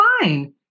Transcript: fine